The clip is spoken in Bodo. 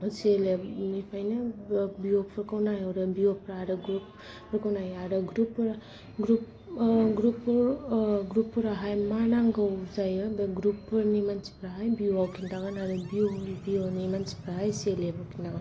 सि एल एप निफ्रायनो भिअ' फोरखौ नायहरो भिअ' फ्रा ग्रुपखौ नायो ग्रुप फोराहाय मा नांगौ जायो बे ग्रुप फोरनि मानसिफोराहाय भिअ' आव खोनथागोन आरो आरो भिअ'नि मानसिफोरा सि एल एफ आव खिन्थागोन